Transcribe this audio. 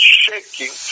shaking